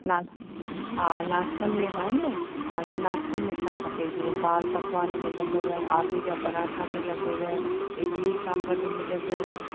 न हा नाश्तनि में बि आहिनि न तव्हांखे नाश्ते में छा खपे जीअं दालि पकवान मिलंदव आलू जा परांठा मिलंदव इडली सांभर बि मिलंदव